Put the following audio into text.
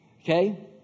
Okay